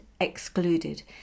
excluded